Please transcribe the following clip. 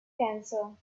cancer